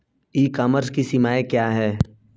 ई commerce की सीमाएं क्या हैं?